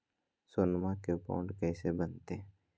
सोनमा के बॉन्ड कैसे बनते?